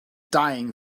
dying